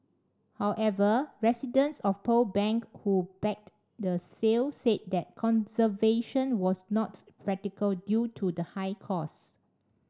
however residents of Pearl Bank who backed the sale said that conservation was not practical due to the high cost